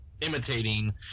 imitating